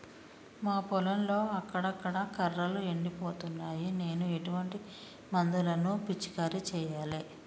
మా పొలంలో అక్కడక్కడ కర్రలు ఎండిపోతున్నాయి నేను ఎటువంటి మందులను పిచికారీ చెయ్యాలే?